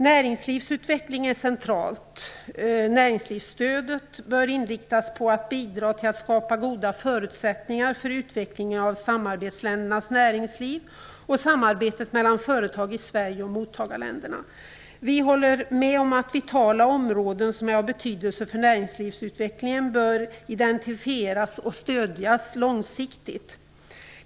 Näringslivsutveckling är centralt. Näringslivsstödet bör inriktas på att bidra till att skapa goda förutsättningar för utvecklingen av samarbetsländernas näringsliv och samarbetet mellan företag i Sverige och mottagarländerna. Vi håller med om att vitala områden som är av betydelse för näringslivsutvecklingen bör identifieras och stödjas långsiktigt.